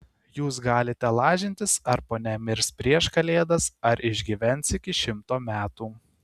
jūs galite lažintis ar ponia mirs prieš kalėdas ar išgyvens iki šimto metų